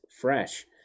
fresh